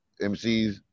MCs